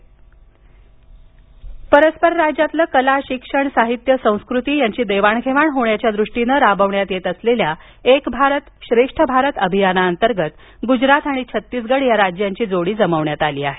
श्रेष्ठ भारत अभियान परस्पर राज्यातील कला शिक्षण साहित्य संस्कृती यांची देवाण घेवाण होण्याच्या दृष्टीने राबवण्यात येत असलेल्या एक भारत श्रेष्ठ भारत अभियाना अंतर्गत गुजरात आणि छत्तीसगढ या राज्यांची जोडी जमवण्यात आली आहे